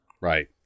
right